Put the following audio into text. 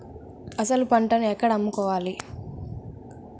అసలు పంటను ఎక్కడ అమ్ముకోవాలి?